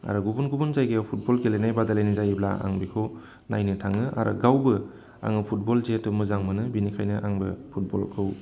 आरो गुबुन गुबुन जायगायाव फुटबल गेलेनाय बादायलायनाय जायोब्ला आं बेखौ नायनो थाङो आरो गावबो आङो फुटबल जिहेथु मोजां मोनो बिनिखायनो आंबो फुटबलखौ